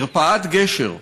מרפאת גשר,